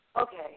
Okay